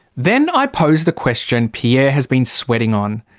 then i pose the question pierre has been sweating on.